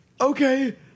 okay